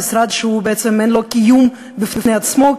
המשרד שבעצם אין לו קיום בפני עצמו,